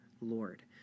Lord